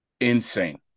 Insane